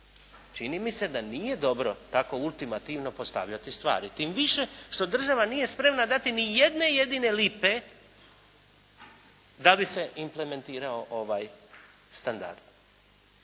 Čini mi se da nije dobro tako ultimativno postavljati stvari, tim više što država nije spremna dati nijedne jedine lipe da bi se implementirao ovaj standard.